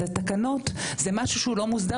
זה תקנות, זה משהו שהוא לא מוסדר,